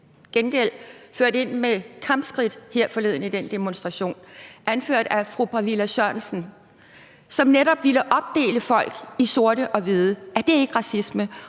gengæld ført ind med kampskridt her forleden i den demonstration, der var, anført af fru Bwalya Sørensen, som netop ville opdele folk i sorte og hvide. Er det ikke racisme?